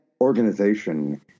organization